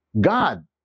God